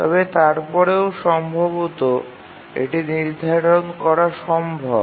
তবে তারপরেও সম্ভবত এটি নির্ধারণ করা সম্ভব